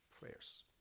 prayers